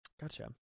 Gotcha